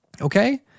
Okay